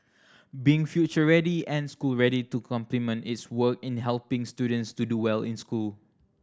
being future ready and school ready to complement its work in helping students to do well in school